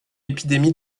épidémie